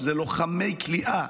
זה לוחמי כליאה.